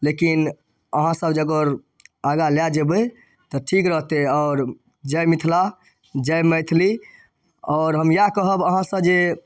लेकिन अहाँसभ जे अगर आगाँ लए जेबै तऽ ठीक रहतै आओर जय मिथिला जय मैथिली आओर हम इएह कहब अहाँसँ जे